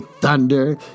thunder